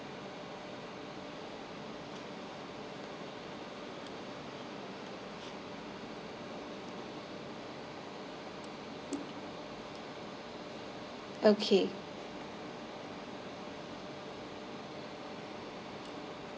okay